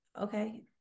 okay